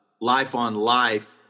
life-on-life